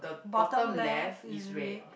bottom left is red